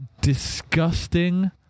disgusting